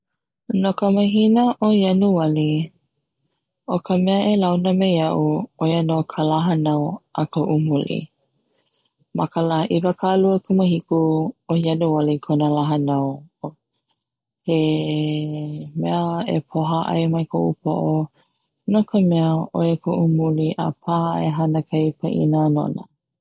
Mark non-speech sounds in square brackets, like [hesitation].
No ka mahina 'o Ianuali o ka mea e launa me ia'u 'o ia no ka la hanau a ko'u muli ma ka la iwakaluakumahiku o Ianuali kona la hanau he [hesitation] mea e poha ai mai ko'u po'o no ka mea 'oia ko'u muli a paha e hana pa'ina nona.